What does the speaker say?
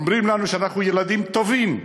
אומרים לנו שאנחנו ילדים טובים,